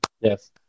Yes